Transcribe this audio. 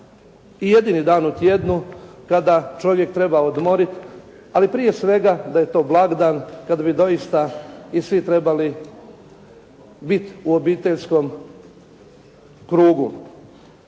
i jedini dan u tjednu kada čovjek treba odmoriti, ali prije svega da je to blagdan kad bi doista i svi trebali biti u obiteljskom krugu.